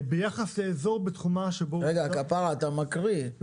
רגע אבל אתה מקריא,